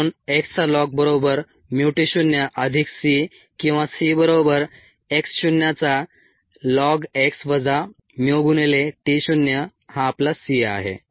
म्हणून x चा ln बरोबर mu t शून्य अधिक c किंवा c बरोबर x शून्याचा ln x वजा mu गुणिले t शून्य हा आपला c आहे